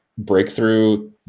Breakthrough